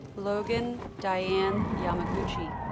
logan diane yamaguchi